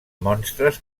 monstres